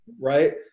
right